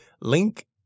link